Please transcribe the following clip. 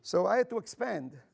so i have to expand